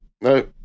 No